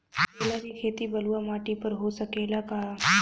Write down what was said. केला के खेती बलुआ माटी पर हो सकेला का?